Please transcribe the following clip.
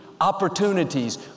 opportunities